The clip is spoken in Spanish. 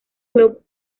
club